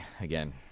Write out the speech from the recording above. again